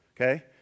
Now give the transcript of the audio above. Okay